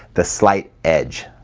the slight edge,